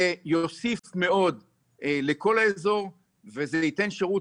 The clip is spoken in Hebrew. זה יוסיף מאוד לכל האזור וייתן שירות